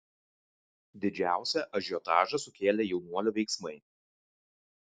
didžiausią ažiotažą sukėlė jaunuolio veiksmai